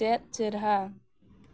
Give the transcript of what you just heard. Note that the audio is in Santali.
ᱪᱮᱫ ᱪᱮᱨᱦᱟ